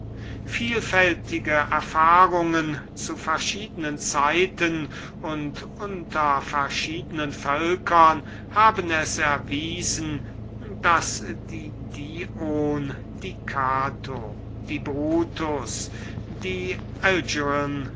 vielfältige erfahrungen zu verschiedenen zeiten und unter verschiedenen völkern haben es gewiesen daß die dion die caton die brutus die